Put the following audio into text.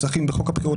הבחירות